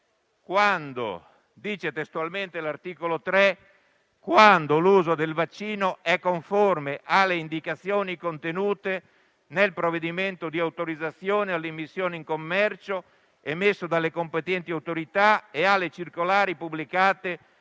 n. 178, la punibilità è esclusa quando l'uso del vaccino è conforme alle indicazioni contenute nel provvedimento di autorizzazione all'immissione in commercio emesso dalle competenti autorità e alle circolari pubblicate